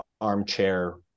armchair